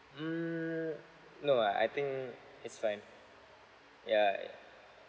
mm no ah I think it's fine yeah yeah